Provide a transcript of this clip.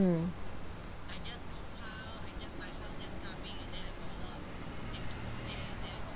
mm